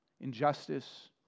Injustice